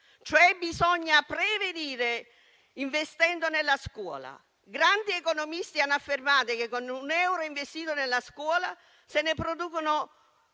cioè prevenire, investendo nella scuola. Grandi economisti hanno affermato che con un euro investito nella scuola se ne producono